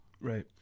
Right